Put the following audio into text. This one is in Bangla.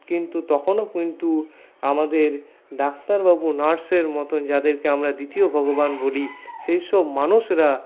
কিন্তু তখনও কিন্তু আমাদের ডাক্তারবাবু নার্সের মতন যাদেরকে আমরা দ্বিতীয় ভগবান বলি সেইসব মানুষরা